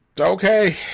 okay